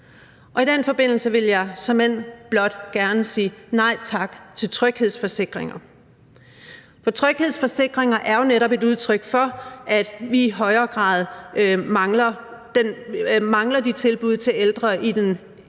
I den forbindelse vil jeg såmænd gerne blot sige nej tak til tryghedsforsikringer, for tryghedsforsikringer er jo netop et udtryk for, at vi i højere grad mangler de tilbud til ældre i den kommunale